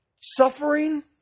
Suffering